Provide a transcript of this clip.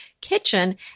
kitchen